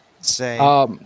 Say